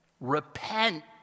Repent